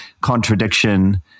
contradiction